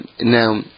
now